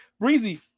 Breezy